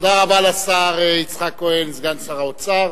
תודה רבה לסגן שר האוצר